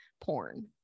porn